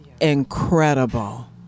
incredible